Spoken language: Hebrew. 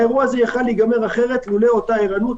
האירוע הזה היה יכול להסתיים אחרת לולא אותה ערנות.